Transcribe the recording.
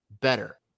better